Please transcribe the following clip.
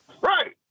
Right